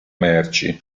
merci